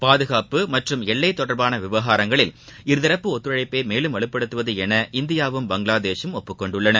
பாதுகாப்பு மற்றும் எல்லை தொடர்பாள விவகாரங்களில் இருதரப்பு ஒத்துழைப்பு மேலும் வலுப்படுத்துவது என இந்தியாவும் பங்களாதேஷும் ஒப்புக் கொண்டுள்ளன